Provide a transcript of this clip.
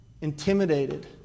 intimidated